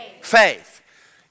Faith